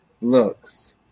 looks